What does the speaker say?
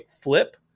flip